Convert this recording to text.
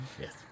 Yes